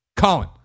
Colin